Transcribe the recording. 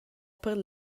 per